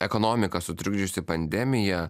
ekonomika sutrikdžiusi pandemiją